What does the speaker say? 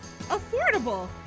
affordable